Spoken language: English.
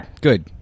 Good